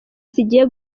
zigiye